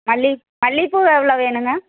மல்லி மல்லிகை பூ எவ்வளோ வேணுங்க